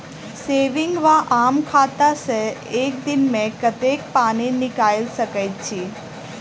Saving वा आम खाता सँ एक दिनमे कतेक पानि निकाइल सकैत छी?